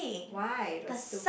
why it was too